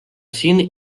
siin